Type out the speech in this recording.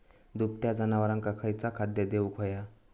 दुभत्या जनावरांका खयचा खाद्य देऊक व्हया?